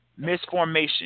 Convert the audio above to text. misformation